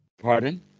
pardon